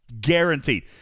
Guaranteed